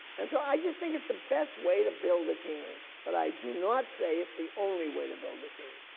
and so i just think it's the best way to build a team. but i do not say it's the only way to build a team.